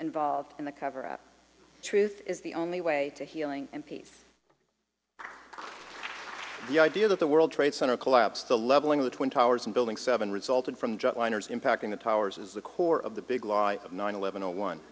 involved in the cover up truth is the only way to healing and peace the idea that the world trade center collapsed the leveling of the twin towers and building seven resulted from jetliners impacting the towers is the core of the big lie of nine eleven zero one